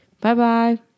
Bye-bye